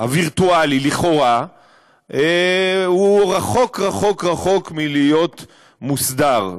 הווירטואלי לכאורה רחוק רחוק רחוק מלהיות מוסדר.